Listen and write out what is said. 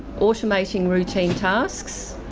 automating routine tasks,